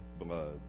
blood